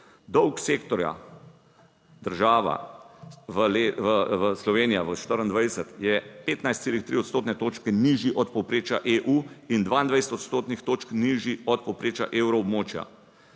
Dolg sektorja država Slovenija v 2024 je 15,3 odstotne točke nižji od povprečja EU in 22 odstotnih točk nižji od povprečja evroobmočja.